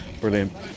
brilliant